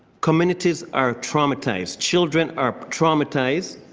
communities are traumatized, children are traumatized,